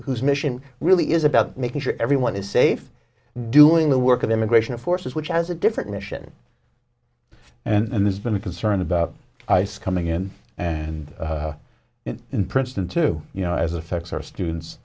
e mission really is about making sure everyone is safe doing the work of immigration forces which has a different mission and there's been concern about ice coming in and in princeton to you know as affects our students